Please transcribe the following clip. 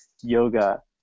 yoga